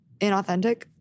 inauthentic